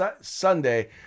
Sunday